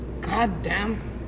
goddamn